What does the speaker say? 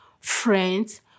friends